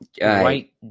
white